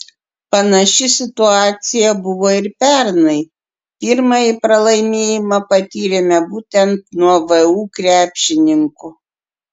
panaši situacija buvo ir pernai pirmąjį pralaimėjimą patyrėme būtent nuo vu krepšininkų